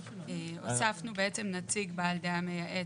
הוספנו נציג בעל דעה מייעצת.